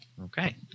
Okay